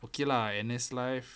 okay lah N_S life